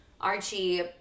Archie